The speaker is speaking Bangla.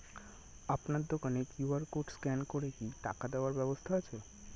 আপনার দোকানে কিউ.আর কোড স্ক্যান করে কি টাকা দেওয়ার ব্যবস্থা আছে?